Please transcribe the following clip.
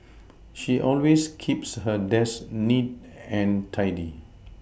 she always keeps her desk neat and tidy